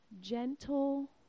gentle